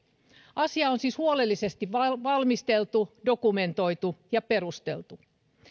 asia on siis huolellisesti valmisteltu dokumentoitu ja perusteltu